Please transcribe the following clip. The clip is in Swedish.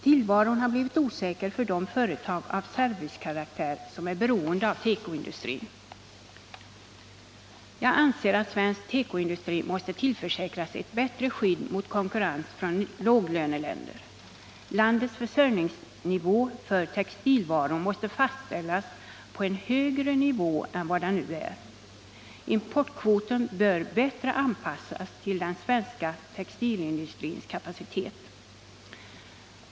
Tillvaron har blivit osäker för de företag av servicekaraktär som är beroende av tekoindustrin. Jag anser att svensk tekoindustri måste tillförsäkras ett bättre skydd mot konkurrens från låglöneländer. Landets försörjningsnivå för textilvaror måste fastställas på en högre nivå än den nuvarande. Importkvoten bör bättre anpassas till den svenska textilindustrins kapacitet.